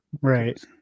Right